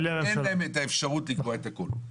אין להם את האפשרות לקבוע את הכל.